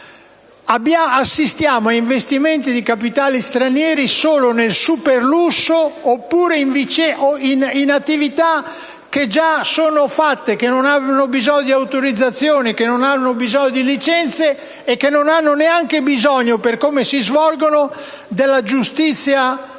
Assistiamo ad investimenti di capitali stranieri solo nel superlusso o in attività già avviate e, che non hanno bisogno di autorizzazioni o di licenze e che non hanno neanche bisogno, per come si svolgono, della giustizia